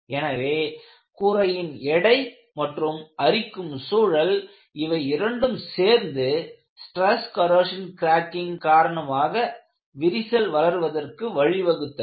எனவே கூரையின் எடை மற்றும் அரிக்கும் சூழல் இவை இரண்டும் சேர்ந்து ஸ்ட்ரெஸ் கொரோசின் கிராக்கிங் காரணமாக விரிசல் வளர்வதற்கு வழிவகுத்தது